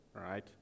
right